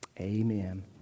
Amen